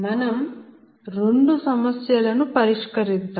మనం రెండు సమస్య లను పరిష్కరిద్దాం